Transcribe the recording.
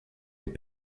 les